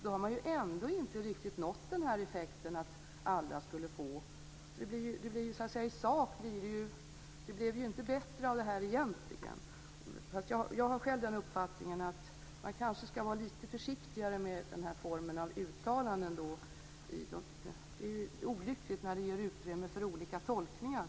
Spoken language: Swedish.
Då har man ändå inte riktigt nått den effekten att alla ska få det. Då blev det egentligen inte bättre av det här. Jag har själv den uppfattningen att man ska vara lite försiktigare med den här formen av uttalanden. Det är olyckligt när det ger utrymme för olika tolkningar.